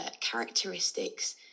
characteristics